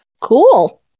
Cool